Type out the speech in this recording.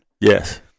Yes